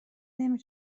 نمی